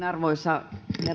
arvoisa herra